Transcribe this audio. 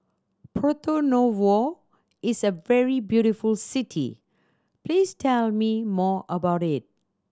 Porto Novo is a very beautiful city please tell me more about it